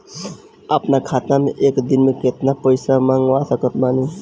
अपना खाता मे एक दिन मे केतना पईसा मँगवा सकत बानी?